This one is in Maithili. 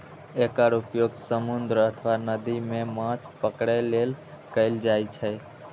एकर उपयोग समुद्र अथवा नदी मे माछ पकड़ै लेल कैल जाइ छै